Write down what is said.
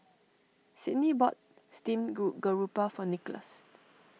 Sydney bought Steamed Garoupa for Nickolas